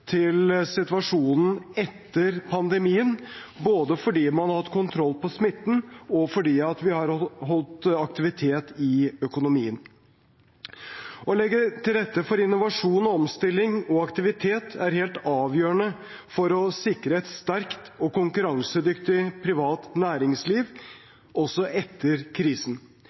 til situasjonen etter pandemien, både fordi man har hatt kontroll på smitten, og fordi vi har holdt aktivitet i økonomien. Å legge til rette for innovasjon, omstilling og aktivitet er helt avgjørende for å sikre et sterkt og konkurransedyktig privat næringsliv, også etter krisen.